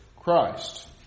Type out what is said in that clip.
Christ